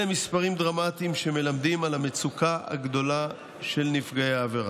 אלה מספרים דרמטיים שמלמדים על המצוקה הגדולה של נפגעי העבירה.